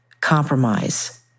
compromise